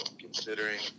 considering